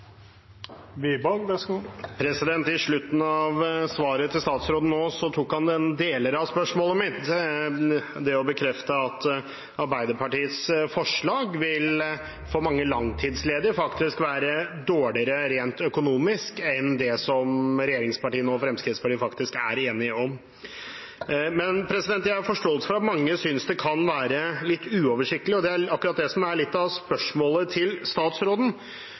I slutten av svaret til statsråden tok han med deler av spørsmålet mitt – det å bekrefte at Arbeiderpartiets forslag vil gi mange langtidsledige og faktisk være dårligere rent økonomisk enn det regjeringspartiene og Fremskrittspartiet er enige om. Jeg har forståelse for at mange synes dette kan være litt uoversiktlig, og det er akkurat det som er litt av spørsmålet til statsråden.